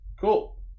Cool